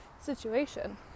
situation